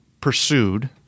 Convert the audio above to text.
pursued